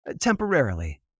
Temporarily